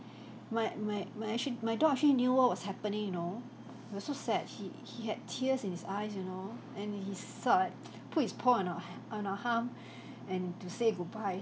my my my actually my dog actually knew what was happening you know it was so sad he he had tears in his eyes you know and he sort of like put his paw on our h~ on our harm and to say goodbye